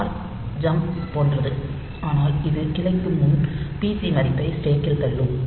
கால் jump போன்றது ஆனால் இது கிளைக்கும் முன் பிசி மதிப்பை ஸ்டேக்கில் தள்ளும்